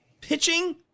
Pitching